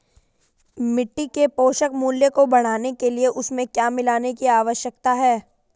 मिट्टी के पोषक मूल्य को बढ़ाने के लिए उसमें क्या मिलाने की आवश्यकता है?